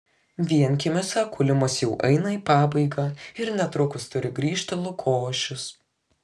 vienkiemiuose kūlimas jau eina į pabaigą ir netrukus turi grįžti lukošius